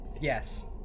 Yes